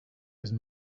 those